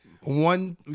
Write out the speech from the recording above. one